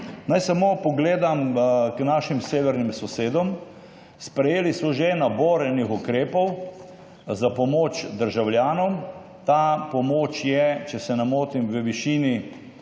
Naj samo pogledam k našim severnim sosedom. Sprejeli so že nabor ukrepov za pomoč državljanom. Ta pomoč je, če se ne motim, v višini